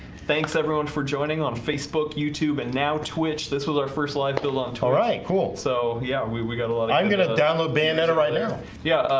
thanks everyone for joining on facebook youtube and now twitch this was our first live build lunch all right cool so yeah, we we got and i'm gonna download bayonetta right now yeah,